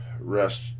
rest